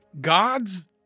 God's